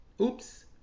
Oops